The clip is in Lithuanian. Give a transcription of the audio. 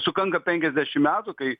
sukanka penkiasdešim metų kai